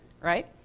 right